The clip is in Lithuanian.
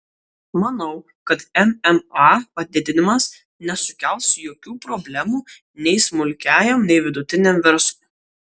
manau kad mma padidinimas nesukels jokių problemų nei smulkiajam nei vidutiniam verslui